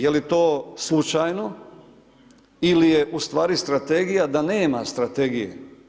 Je li to slučajno ili je u stvari strategija da nema strategije?